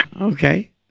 Okay